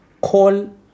Call